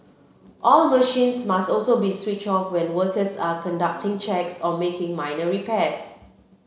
all machines must also be switch off when workers are conducting checks or making minor repairs